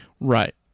Right